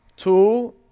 Two